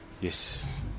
Yes